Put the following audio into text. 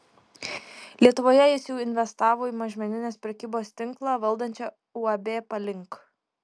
lietuvoje jis jau investavo į mažmeninės prekybos tinklą valdančią uab palink